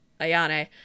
Ayane